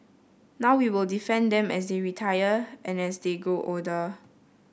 now we will defend them as they retire and as they grow older